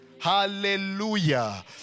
Hallelujah